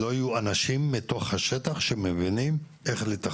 אנשים מתוך השטח שבינים איך לתכנן.